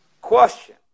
Question